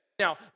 Now